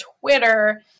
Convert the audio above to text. Twitter